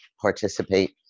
participate